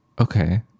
Okay